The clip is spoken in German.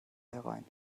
herein